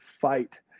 fight